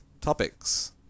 topics